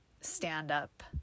stand-up